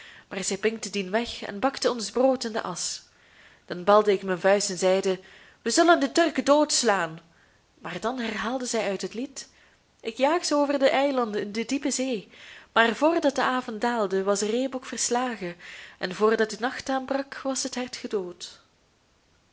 maar zij pinkte dien weg en bakte ons brood in de asch dan balde ik mijn vuist en zeide we zullen de turken doodslaan maar dan herhaalde zij uit het lied ik jaag ze over de eilanden in de diepe zee maar voordat de avond daalde was de reebok verslagen en voordat de nacht aanbrak was het hert gedood